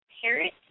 parrot